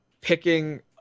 picking